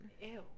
Ew